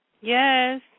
Yes